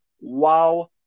Wow